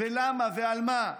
ולמה, ועל מה?